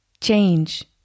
change